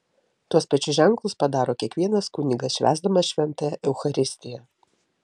tuos pačius ženklus padaro kiekvienas kunigas švęsdamas šventąją eucharistiją